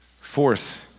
Fourth